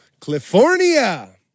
California